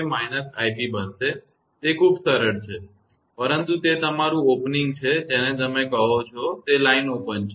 તેથી 𝑖𝑓 એ −𝑖𝑏 બનશે તે ખૂબ જ સરળ છે જે પરંતુ તે તમારું ઓપનીંગ છે જેને તમે કહો છો તે લાઇન ઓપન છે